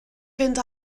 fynd